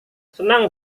senang